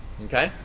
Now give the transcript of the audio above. Okay